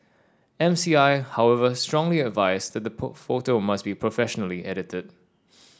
M C I however strongly advised that put photo must be professionally edited